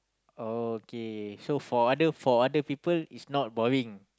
oh okay so for other for other people it's not boring